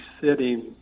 sitting